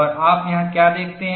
और आप यहाँ क्या देखते हैं